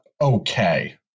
okay